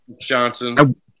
Johnson